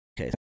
Okay